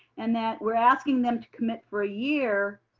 and that we're asking them to commit for a year,